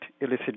illicit